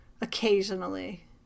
occasionally